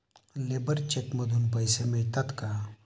Labour cheque मधून पैसे मिळतात का?